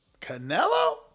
Canelo